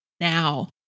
now